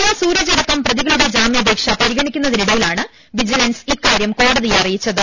O Sooraj അടക്കം പ്രതികളുടെ ജാമ്യാപേക്ഷ പരിഗണിക്കുന്നതിനി ടയിലാണ് വിജിലൻസ് ഇക്കാര്യം കോടതിയെ അറിയിച്ചത്